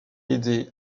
aider